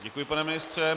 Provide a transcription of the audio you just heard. Děkuji, pane ministře.